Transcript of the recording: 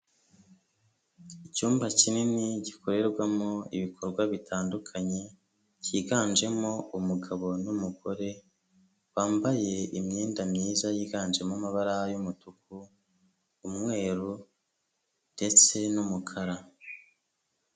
Icyumba kinini gikorerwamo ibikorwa bitandukanye, cyiganjemo umugabo n'umugore, bambaye imyenda myiza yiganjemo amabara y'umutuku, umweru ndetse n'umukara.